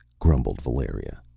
grumbled valeria.